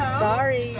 sorry.